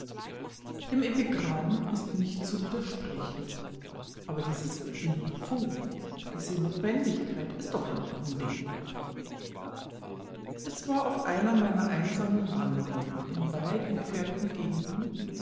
dem epigramm ist nicht zu widersprechen aber dies il faut diese notwendigkeit ist doch ein unding es war auf einer meiner einsamen wanderungen in weit entfernten gegenden